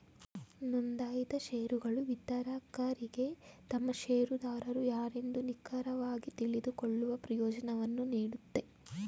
ನೊಂದಾಯಿತ ಶೇರುಗಳು ವಿತರಕರಿಗೆ ತಮ್ಮ ಶೇರುದಾರರು ಯಾರೆಂದು ನಿಖರವಾಗಿ ತಿಳಿದುಕೊಳ್ಳುವ ಪ್ರಯೋಜ್ನವನ್ನು ನೀಡುತ್ತೆ